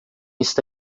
está